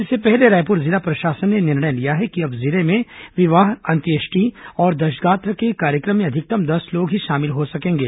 इससे पहले रायपुर जिला प्रशासन ने निर्णय लिया है कि अब जिले में विवाह अंत्येष्टि और दशगात्र के कार्यक्रम में अधिकतम दस लोग ही शामिल हो सकेंगे